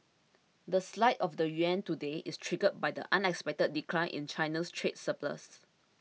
the slide of the yuan today is triggered by the unexpected decline in China's trade surplus